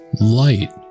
Light